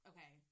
Okay